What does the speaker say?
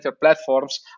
platforms